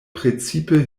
precipe